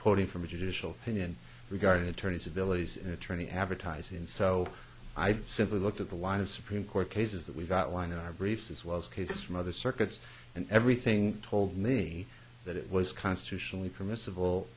quoting from a judicial opinion regarding attorney civilities an attorney advertising so i've simply looked at the line of supreme court cases that we've got line in our briefs as well as cases from other circuits and everything told me that it was constitutionally permissible